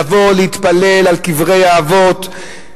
לבוא להתפלל על קברי האבות.